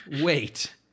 wait